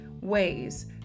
ways